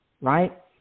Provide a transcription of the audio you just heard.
right